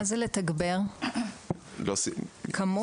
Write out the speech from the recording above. לתגבר זה להוסיף כוח אדם.